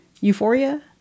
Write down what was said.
Euphoria